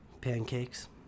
Pancakes